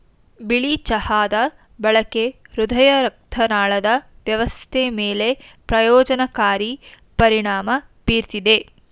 ಬಿಳಿ ಚಹಾದ ಬಳಕೆ ಹೃದಯರಕ್ತನಾಳದ ವ್ಯವಸ್ಥೆ ಮೇಲೆ ಪ್ರಯೋಜನಕಾರಿ ಪರಿಣಾಮ ಬೀರ್ತದೆ